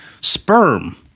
sperm